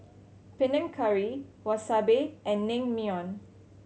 Panang Curry Wasabi and Naengmyeon